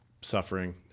suffering